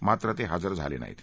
मात्र ते हजर झाले नाहीत